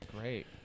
great